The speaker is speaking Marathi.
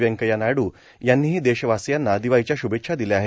व्यंकय्या नायडू यानीही देशवासीयाना दिवाळीच्या श्भेछ्या दिल्या आहेत